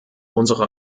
unsere